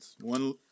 One